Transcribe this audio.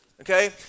okay